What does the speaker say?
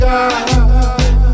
God